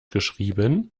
geschrieben